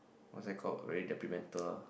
what's that called very deprimental